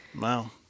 Wow